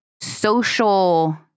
social